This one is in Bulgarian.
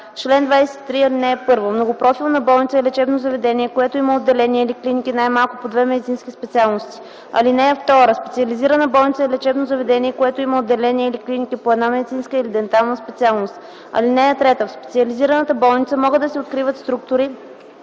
„Чл. 23. (1) Многопрофилна болница е лечебно заведение, което има отделения или клиники най-малко по две медицински специалности. (2) Специализирана болница е лечебно заведение, което има отделения или клиники по една медицинска или дентална специалност. (3) В специализирана болница могат да се откриват структури